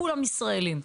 כולם ישראלים,